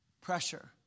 Pressure